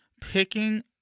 Picking